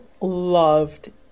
loved